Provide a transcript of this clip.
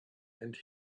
and